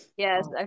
Yes